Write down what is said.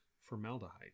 Formaldehyde